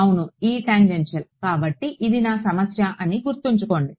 అవును E tangential కాబట్టి ఇది నా సమస్య అని గుర్తుంచుకోండి